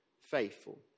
faithful